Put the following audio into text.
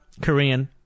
Korean